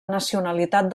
nacionalitat